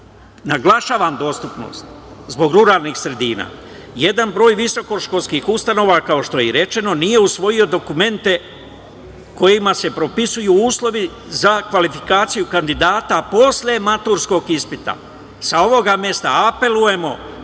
dostupnost, zbor ruralnih sredina. Jedan broj visokoškolskih ustanova, kao što je i rečeno, nije usvojio dokumente, kojima se propisuju uslovi za kvalifikaciju kandidata, posle maturskog ispita, sa ovog mesta apelujemo